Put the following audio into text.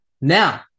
now